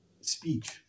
speech